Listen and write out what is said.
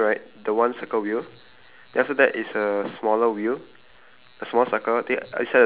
orh orh orh orh there's like okay it's like one the enti~ it's like the wheel right the one circle wheel